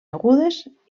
agudes